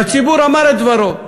והציבור אמר את דברו.